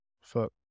Fuck